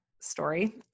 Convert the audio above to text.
story